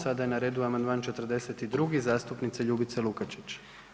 Sada je na redu Amandman 42. zastupnice Ljubice Lukačić.